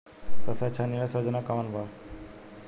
सबसे अच्छा निवेस योजना कोवन बा?